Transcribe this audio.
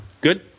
Good